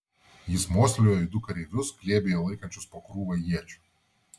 jis mostelėjo į du kareivius glėbyje laikančius po krūvą iečių